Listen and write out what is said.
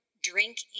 drink